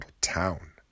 town